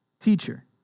teacher